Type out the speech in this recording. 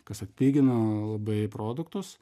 kas atpigina labai produktus